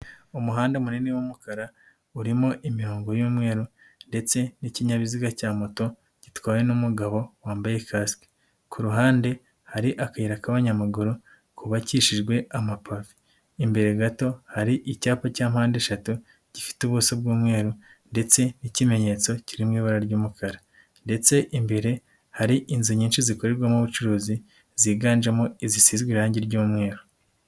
Umuhanda munini w'umukara, urimo imirongo y'umweru, ndetse n'ikinyabiziga cya moto, gitwawe n'umugabo wambaye kasike. Kuruhande, hari akayira k'abanyamaguru kubakishijwe amapave. Imbere gato hari icyapa cya mpandeshatu, gifite ubuso bw'umweru, ndetse n'ikimenyetso kiri mu ibara ry'umukara, ndetse imbere hari inzu nyinshi zikorerwamo ubucuruzi, ziganjemo izisizwe irangi ry'umweru.